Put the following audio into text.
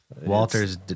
Walter's